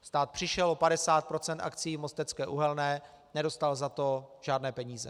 Stát přišel o 50 % akcií v Mostecké uhelné, nedostal za to žádné peníze.